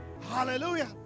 Hallelujah